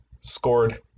scored